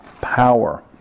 power